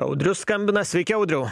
audrius skambina sveiki audriau